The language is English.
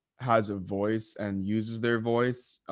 has a voice and uses their voice,